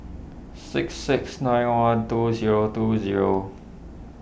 six six nine one two zero two zero